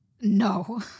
No